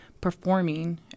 performing